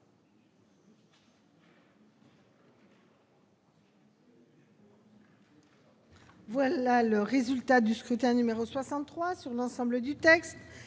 Voilà le résultat du scrutin numéro 63 sur l'ensemble du texte